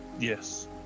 Yes